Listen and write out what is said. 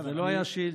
זו לא הייתה שאילתה.